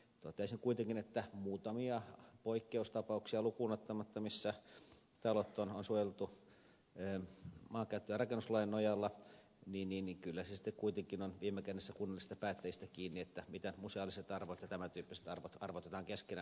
toteaisin kuitenkin että muutamia poikkeustapauksia lukuun ottamatta missä talot on suojeltu maankäyttö ja rakennuslain nojalla se kyllä sitten kuitenkin on viime kädessä kunnallisista päättäjistä kiinni miten museaaliset arvot ja tämäntyyppiset arvot arvotetaan keskenään